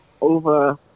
over